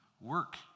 work